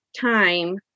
time